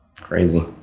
Crazy